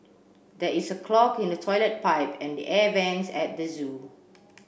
there is a clog in the toilet pipe and the air vents at the zoo